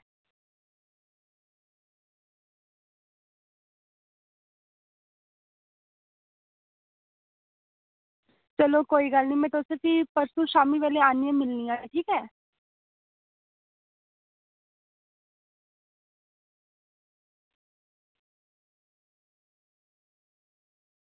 चलो कोई गल्ल नेईं में तुसेंगी फ्ही परसूं शाम्मीं बेल्लै आह्नियै मिलनी आं ठीक ऐ